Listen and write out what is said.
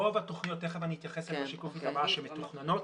רוב התוכניות - תכף אני אתייחס בשקף הבא שמתוכננות,